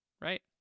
right